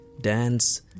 Dance